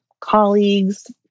colleagues